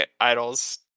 idols